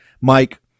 Mike